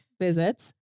visits